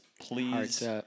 Please